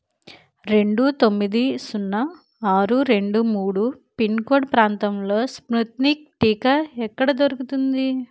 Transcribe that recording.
రెండు తొమ్మిది సున్నా ఆరు రెండు మూడు పిన్కోడ్ ప్రాంతంలో స్పుత్నిక్ టీకా ఎక్కడ దొరుకుతుంది